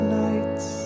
nights